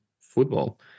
football